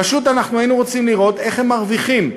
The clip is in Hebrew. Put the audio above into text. פשוט היינו רוצים לראות איך הם מרוויחים,